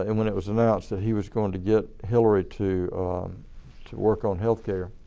and when it was announced that he was going to get hillary to to work on healthcare.